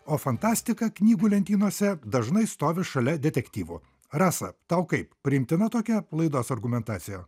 o fantastika knygų lentynose dažnai stovi šalia detektyvo rasa tau kaip priimtina tokia laidos argumentacija